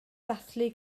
dathlu